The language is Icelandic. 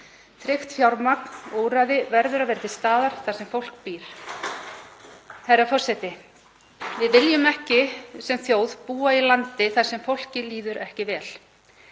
Tryggt fjármagn og úrræði verða að vera til staðar þar sem fólk býr. Herra forseti. Við viljum ekki sem þjóð búa í landi þar sem fólki líður ekki vel.